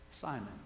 Simon